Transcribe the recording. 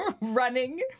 running